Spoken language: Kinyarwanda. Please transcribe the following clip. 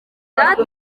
ari